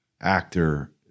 actor